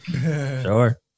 sure